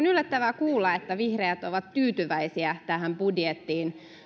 yllättävää kuulla että vihreät ovat tyytyväisiä tähän budjettiin